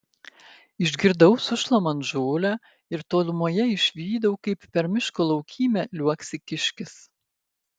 išgirdau sušlamant žolę ir tolumoje išvydau kaip per miško laukymę liuoksi kiškis